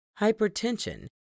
hypertension